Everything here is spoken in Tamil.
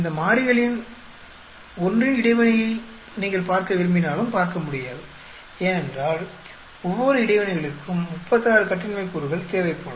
இந்த மாறிகளில் ஒன்றின் இடைவினையை நீங்கள் பார்க்க விரும்பினாலும் பார்க்கமுடியாது ஏனென்றால் ஒவ்வொரு இடைவினைகளுக்கும் 36 கட்டின்மை கூறுகள் தேவைப்படும்